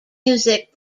music